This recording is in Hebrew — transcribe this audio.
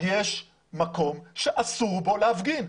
יש מקום שאסור בו להפגין.